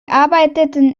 arbeiteten